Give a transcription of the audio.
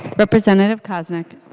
representative koznick